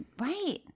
right